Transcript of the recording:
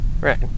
right